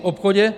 V obchodě?